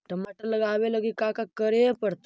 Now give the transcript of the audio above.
टमाटर लगावे लगी का का करये पड़तै?